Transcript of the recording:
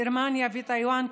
גרמניה וטייוואן,